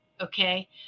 Okay